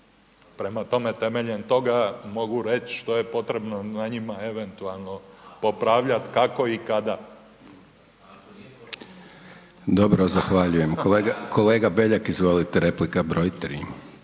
Prema tome, temeljem toga mogu reći što je potrebno na njima eventualno popravljati, kako i kada. **Hajdaš Dončić, Siniša (SDP)** Dobro, zahvaljujem. Kolega Beljak izvolite, replika broj 3.